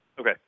Okay